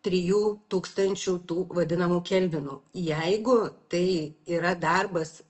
trijų tūkstančių tų vadinamų kelvinų jeigu tai yra darbas